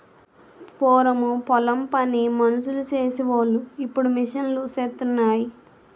పూరము పొలం పని మనుసులు సేసి వోలు ఇప్పుడు మిషన్ లూసేత్తన్నాయి